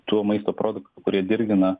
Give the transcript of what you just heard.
tų maisto produktų kurie dirgina